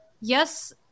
Yes